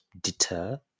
deter